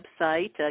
website